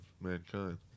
mankind